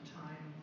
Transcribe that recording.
time